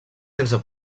sense